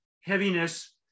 heaviness